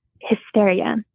hysteria